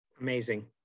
Amazing